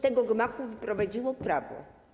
tego gmachu wyprowadziło prawo.